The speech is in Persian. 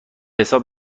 حساب